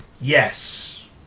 Yes